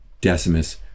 Decimus